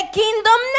kingdom